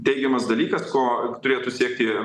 teigiamas dalykas ko turėtų siekti